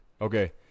Okay